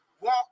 walk